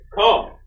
Come